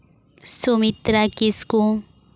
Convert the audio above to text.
Sumitra Kisku